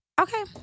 okay